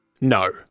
no